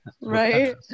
Right